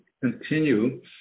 continue